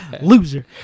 Loser